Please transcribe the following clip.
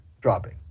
dropping